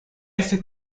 este